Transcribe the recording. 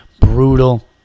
brutal